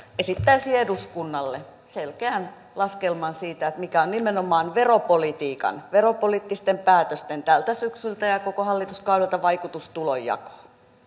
esittäisi eduskunnalle selkeän laskelman siitä mikä on nimenomaan veropolitiikan veropoliittisten päätösten tältä syksyltä ja koko hallituskaudelta vaikutus tulonjakoon